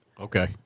Okay